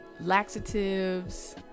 laxatives